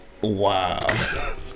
Wow